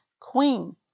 queen